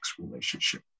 relationship